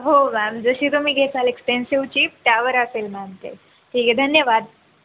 हो मॅम जशी तुम्ही घेताल एक्सपेनसिव्ह चीप त्यावर असेल मॅम ते ठीक आहे धन्यवाद